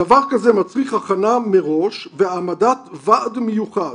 דבר כזה מצריך הכנה מראש והעמדת ועד מיוחד